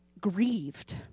grieved